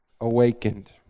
awakened